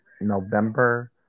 November